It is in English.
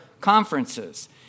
conferences